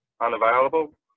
unavailable